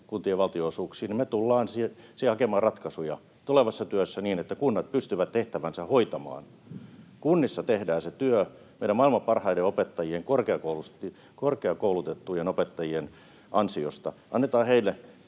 kuntien valtionosuuksiin — hakemaan ratkaisuja tulevassa työssä niin, että kunnat pystyvät tehtävänsä hoitamaan. Kunnissa tehdään se työ meidän maailman parhaiden opettajien, korkeakoulutettujen opettajien, ansiosta. Annetaan heille